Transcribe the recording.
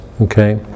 okay